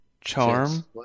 charm